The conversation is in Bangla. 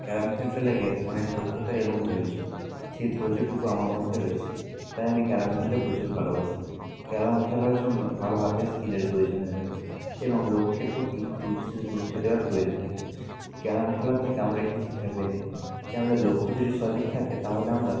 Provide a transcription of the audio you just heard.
ক্যারাম খেলতে লেগে অনেক দক্ষতা এবং ধৈর্য সেই ধৈর্যটুকু আমার মধ্যে রয়েছে তাই আমি ক্যারাম খেলতে প্রচুর ভালোবাসি ক্যারাম খেলার জন্য ভালো হাতের স্কিলের প্রয়োজন হয়ে থাকে এবং লক্ষ্যের প্রতি বিশেষ গুরুত্ব দেওয়ার প্রয়োজন থাকে ক্যারাম খেলার থেকে আমরা একটি শিক্ষা পেয়ে থাকি যে আমাদের লক্ষ্য যদি সঠিক থাকে তাহলে আমরা